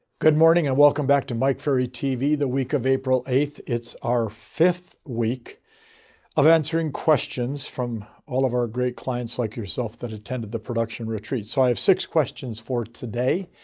good morning and welcome back to mike ferry tv the week of april eighth. it's our fifth week of answering questions from all of our great clients like yourself that attended the production retreat. so i have six questions for today.